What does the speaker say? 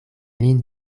lin